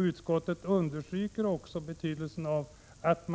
Utskottet understryker också betydelsen av att